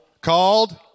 called